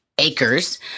acres